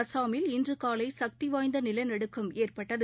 அஸ்ஸாமில் இன்றுகாலைக்திவாய்ந்தநிலநடுக்கம் ஏற்பட்டது